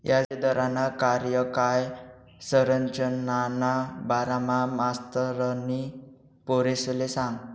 याजदरना कार्यकाय संरचनाना बारामा मास्तरनी पोरेसले सांगं